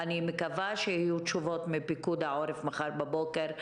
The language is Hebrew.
אני מקווה שיהיו תשובות מפיקוד העורף מחר בבוקר,